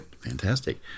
Fantastic